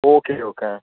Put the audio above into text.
okay okay